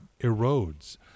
erodes